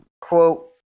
quote